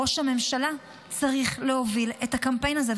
ראש הממשלה צריך להוביל את הקמפיין הזה,